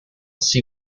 see